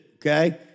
okay